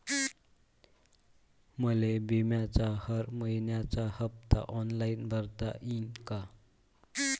मले बिम्याचा हर मइन्याचा हप्ता ऑनलाईन भरता यीन का?